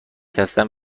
هستن